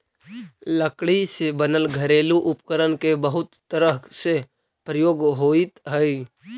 लकड़ी से बनल घरेलू उपकरण के बहुत तरह से प्रयोग होइत हइ